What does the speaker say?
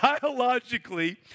biologically